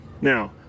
now